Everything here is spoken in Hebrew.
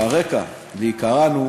שהרקע לעיקרן הוא